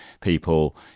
people